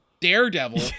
daredevil